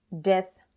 Death